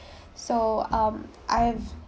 so um I’ve